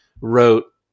wrote